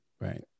Right